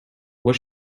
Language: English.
what